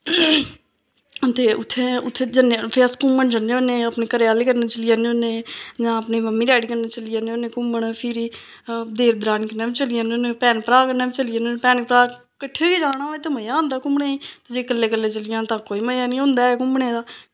ते उत्थें उत्तें उत्थै उत्थै अस घूमन जन्ने होन्ने अपने घरै आह्ले कन्नै चली जन्ने होन्ने जां अपनी मम्मी डैडी कन्नै चली जन्ने होन्ने घूमन फिरी देर दरानी कन्नै बी चली जन्ने होने भैन भ्राऽ कन्नै बी चली जन्ने होन्ने भैन भ्राऽ कट्ठे होइयै जाना होऐ ते मज़ा आंदा घूमने गी ते जे कल्ले कल्ले चली जाना होऐ ते कोई मज़ा नी औंदा ऐ घूमने दा